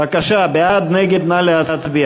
בבקשה, בעד, נגד, נא להצביע.